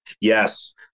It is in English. Yes